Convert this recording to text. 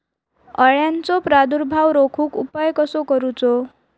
अळ्यांचो प्रादुर्भाव रोखुक उपाय कसो करूचो?